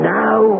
now